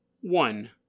One